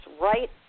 right